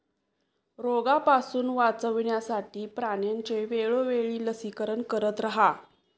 रोगापासून वाचवण्यासाठी प्राण्यांचे वेळोवेळी लसीकरण करत रहा